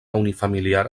unifamiliar